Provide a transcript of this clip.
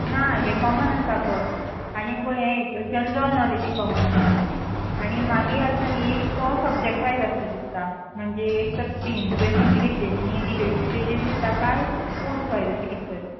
ना हे कॉमन आसता खंय आनी मुगो हें जनरल नॉलेज एक कॉमन आसता आनी मागी आसता न्ही एक तो सबजेक्ट वायज आसता दिसता म्हणजे एक तर स्ट्रीम तुवें खंयची घेतलेली न्ही डिग्री तेजी दिसता काय पोस्ट वायज अशें कितें तरी